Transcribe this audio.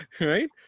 right